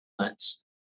months